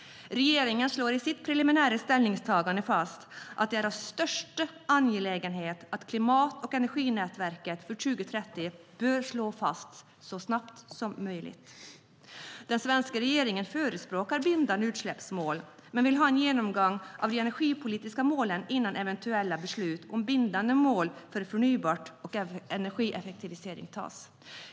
Regeringen slår i sitt preliminära ställningstagande fast att det är av största angelägenhet att klimat och energiramverket för 2030 bör slås fast så snart som möjligt. Den svenska regeringen förespråkar bindande utsläppsmål, men vill ha en genomgång av de energipolitiska målen innan eventuella beslut om bindande mål för förnybart och energieffektivisering fattas.